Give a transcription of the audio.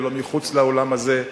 ולא מחוץ לאולם הזה,